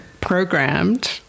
programmed